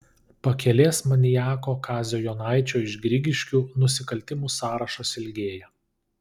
pakelės maniako kazio jonaičio iš grigiškių nusikaltimų sąrašas ilgėja